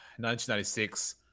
1996